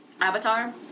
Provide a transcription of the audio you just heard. Avatar